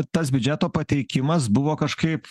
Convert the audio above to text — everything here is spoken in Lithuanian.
tas biudžeto pateikimas buvo kažkaip